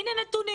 הינה נתונים